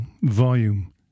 volume